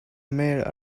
made